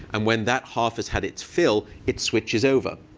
and when that half has had its fill, it switches over.